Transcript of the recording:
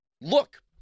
look